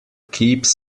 keeps